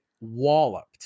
walloped